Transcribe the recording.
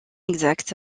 exacts